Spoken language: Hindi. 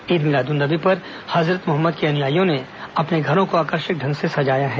ईद मिलादन्नबी पर हजरत मोहम्मद के अनुयायियों ने अपने घरों को आकर्षक ढंग से सजाया है